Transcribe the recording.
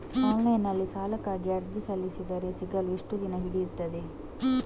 Online ನಲ್ಲಿ ಸಾಲಕ್ಕಾಗಿ ಅರ್ಜಿ ಸಲ್ಲಿಸಿದರೆ ಸಿಗಲು ಎಷ್ಟು ದಿನ ಹಿಡಿಯುತ್ತದೆ?